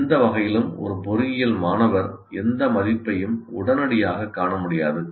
எந்த வகையிலும் ஒரு பொறியியல் மாணவர் எந்த மதிப்பையும் உடனடியாகக் காண முடியாது